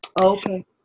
Okay